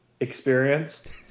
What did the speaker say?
Experienced